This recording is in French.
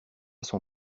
son